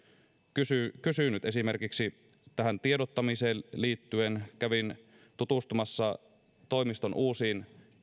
kysynyt esimerkiksi tähän tiedottamiseen liittyen kävin tutustumassa toimiston uusiin